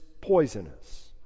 poisonous